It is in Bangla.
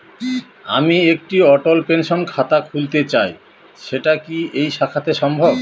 আমি একটি অটল পেনশন খাতা খুলতে চাই সেটা কি এই শাখাতে সম্ভব?